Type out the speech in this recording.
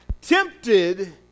tempted